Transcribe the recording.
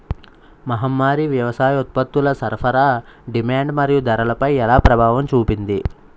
మహమ్మారి వ్యవసాయ ఉత్పత్తుల సరఫరా డిమాండ్ మరియు ధరలపై ఎలా ప్రభావం చూపింది?